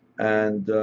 and